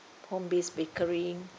home based bakery